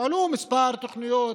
הופעלו כמה תוכניות,